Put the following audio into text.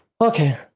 Okay